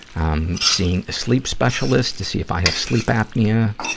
i'm seeing a sleep specialist to see if i have sleep apnea.